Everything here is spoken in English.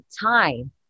time